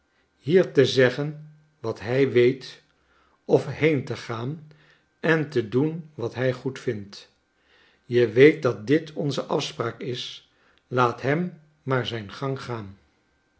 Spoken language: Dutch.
hier te zeggen wat hij weet of heen te gaan en te doen wat hij goedvindt je weet dat dit onze afspraak is laat hem maar zijn gang gaan